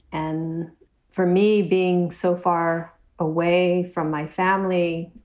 and for me, being so far away from my family,